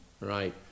right